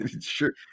sure